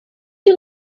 you